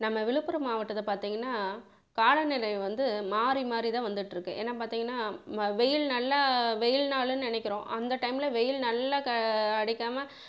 நம்ம விழுப்புரம் மாவட்டத்தை பார்த்தீங்கன்னா காலநிலை வந்து மாறி மாறிதான் வந்துட்டிருக்கு ஏன்னா பார்த்தீங்கன்னா ம வெயில் நல்லா வெயில் நாளுனு நினைக்கிறோம் அந்த டைமில் வெயில் நல்ல க அடிக்காமல்